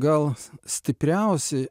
gal stipriausiai